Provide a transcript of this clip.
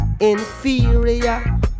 Inferior